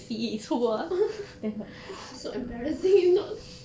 so embarrassing you know